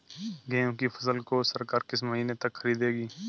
गेहूँ की फसल को सरकार किस महीने तक खरीदेगी?